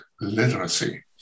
literacy